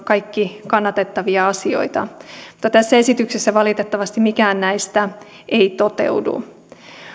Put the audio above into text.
kaikki kannatettavia asioita mutta tässä esityksessä valitettavasti mikään näistä ei toteudu